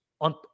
on